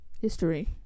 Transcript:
history